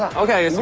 ok!